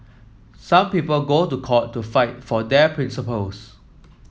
some people go to court to fight for their principles